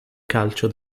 calcio